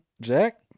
Jack